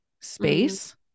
space